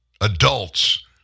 Adults